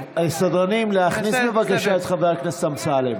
סדרנים, להכניס בבקשה את חבר הכנסת אמסלם.